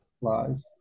Lies